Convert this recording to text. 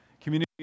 community